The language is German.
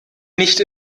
nicht